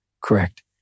Correct